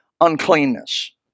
uncleanness